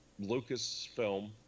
Lucasfilm